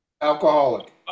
Alcoholic